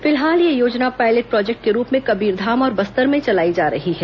फिलहाल यह योजना पायलेट प्रोजेक्ट के रूप में कबीरधाम और बस्तर में चलाई जा रही है